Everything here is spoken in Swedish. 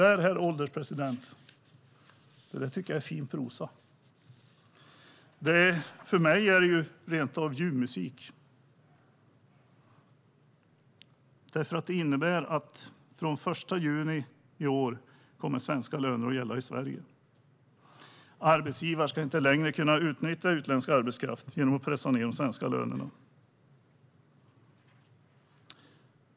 Herr ålderspresident! Det här är fin prosa. För mig är det rent av ljuv musik! Detta innebär att från den 1 juni i år kommer svenska löner att gälla i Sverige. Arbetsgivare ska inte längre kunna utnyttja utländsk arbetskraft genom att pressa ned de svenska lönerna.